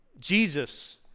Jesus